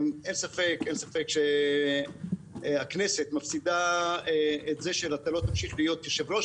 אין ספק שהכנסת מפסידה את זה שלא תמשיך להיות יושב-ראש